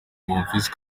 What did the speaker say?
bonfils